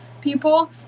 people